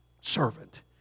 servant